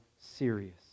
serious